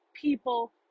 people